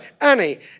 Annie